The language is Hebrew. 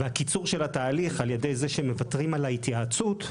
והקיצור של התהליך על ידי שמוותרים על ההתייעצות,